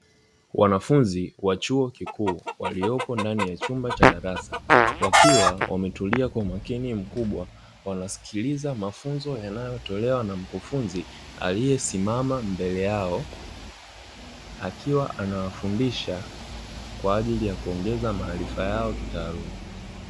Wanafunzi wa chuo kikuu waliopo ndani ya chumba cha darasa, wakiwa wametulia kwa umakini mkubwa, wanasikiliza mafunzo yanayotolewa na mkufunzi aliyesimama mbele yao, akiwa anawafundisha kwa ajili ya kuongeza maarifa yao kitaaluma.